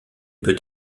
peut